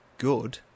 good